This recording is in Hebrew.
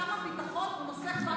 כמה ביטחון הוא נוסך בנו,